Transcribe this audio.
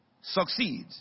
succeed